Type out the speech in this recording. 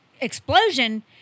explosion